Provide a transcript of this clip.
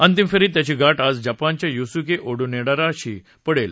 अंतिम फेरीत त्याची गाठ आज जपानच्या युसुके ओनोडेराशी पडेल